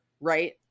Right